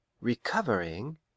Recovering